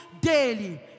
daily